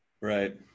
right